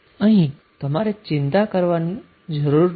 અહીં તમારે ચિંતા કરવાની જરૂર નથી